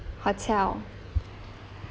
hotel